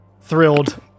thrilled